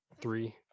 three